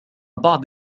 بعض